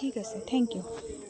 ঠিক আছে thank U